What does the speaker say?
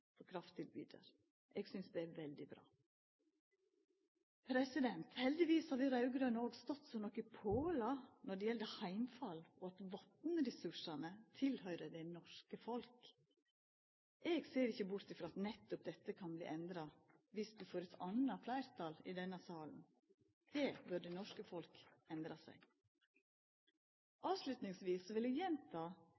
krafttilbydar. Eg synest det er veldig bra. Heldigvis har vi raud-grøne stått som nokre pålar når det gjeld heimfall og at vatnressursane tilhøyrer det norske folk. Eg ser ikkje bort frå at nettopp dette kan verta endra viss vi får eit anna fleirtal i denne salen. Det bør det norske folk merka seg.